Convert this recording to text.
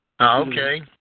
Okay